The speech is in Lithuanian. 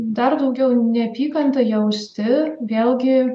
dar daugiau neapykantą jausti vėlgi